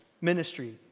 ministry